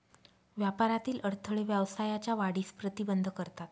व्यापारातील अडथळे व्यवसायाच्या वाढीस प्रतिबंध करतात